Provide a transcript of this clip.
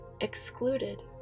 excluded